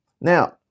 now